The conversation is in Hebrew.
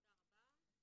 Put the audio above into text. תודה רבה.